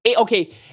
Okay